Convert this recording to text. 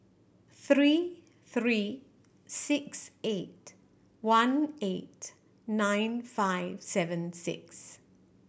three three six eight one eight nine five seven six